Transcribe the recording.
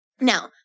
now